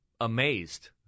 amazed